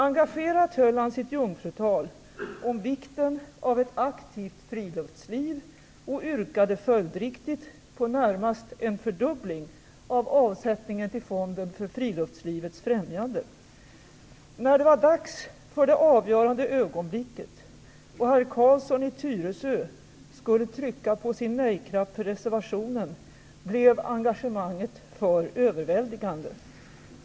Engagerat höll han sitt jungfrutal om vikten av ett aktivt friluftsliv och yrkade följdriktigt på närmast en fördubbling av avsättningen till fonden för friluftslivets främjande. När det var dags för det avgörande ögonblicket och herr Carlsson i Tyresö skulle trycka på sin nej-knapp för reservationen blev möjligen engagemanget för överväldigande.